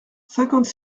cinquante